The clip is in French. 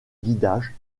guidage